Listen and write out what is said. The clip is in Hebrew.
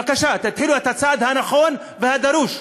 בבקשה, תתחילו את הצעד הנכון והדרוש.